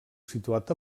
situat